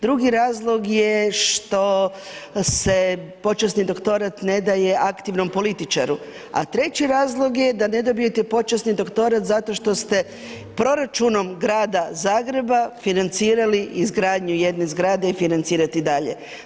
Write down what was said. Drugi razlog je što se počasni doktorat ne daje aktivnom političaru, a treći razlog je da ne dobijete počasni doktorat zato što ste proračunom Grada Zagreba financiranje izgradnju jedne zgrade i financirate i dalje.